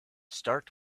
start